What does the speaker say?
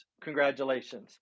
Congratulations